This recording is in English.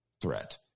threat